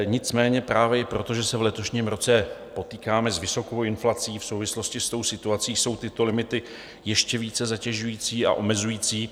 Nicméně právě i proto, že se v letošním roce potýkáme s vysokou inflací v souvislostí se situací, jsou tyto limity ještě více zatěžující a omezující.